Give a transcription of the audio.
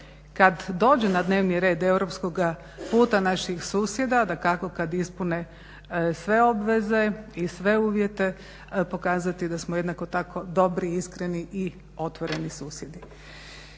kada dođe na dnevni red europskog puta naših susjeda dakako kada ispune sve obveze i sve uvjete pokazati da smo jednako tako dobri, iskreni i otvoreni susjedi.